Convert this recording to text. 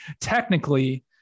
technically